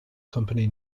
company